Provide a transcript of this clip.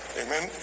amen